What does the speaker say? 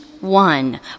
one